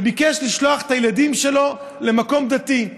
הוא ביקש לשלוח את הילדים שלו למקום דתי,